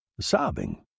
sobbing